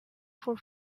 for